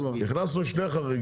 אפשר לעשות שני חריגים.